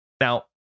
now